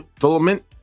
filament